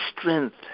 strength